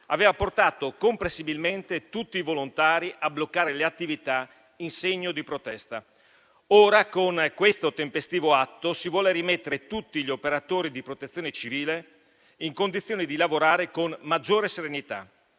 aveva portato comprensibilmente tutti i volontari a bloccare le attività in segno di protesta. Ora, con questo tempestivo atto, si vuole rimettere tutti gli operatori di Protezione civile in condizioni di lavorare con maggiore serenità.